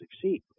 succeed